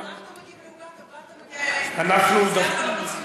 אנחנו מגיעים לאוגנדה, אוגנדה מגיעה אלינו.